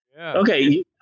Okay